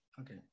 Okay